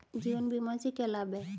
जीवन बीमा से क्या लाभ हैं?